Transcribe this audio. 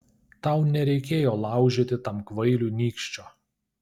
tau nereikėjo laužyti tam kvailiui nykščio